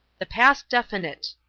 the past definite.